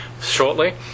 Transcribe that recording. shortly